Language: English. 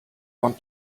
want